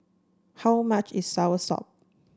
how much is Soursop